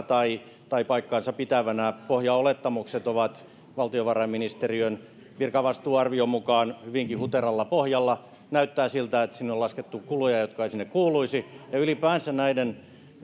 tai tai paikkansapitävänä pohjaolettamukset ovat valtiovarainministeriön virkavastuuarvion mukaan hyvinkin huteralla pohjalla ja näyttää siltä että sinne on laskettu kuluja jotka eivät sinne kuuluisi ylipäänsä